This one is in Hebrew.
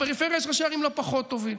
ובפריפריה יש ראשי ערים לא פחות טובים,